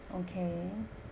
okay